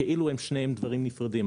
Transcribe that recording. כאילו הם שניהם דברים נפרדים,